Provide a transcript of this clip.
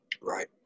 Right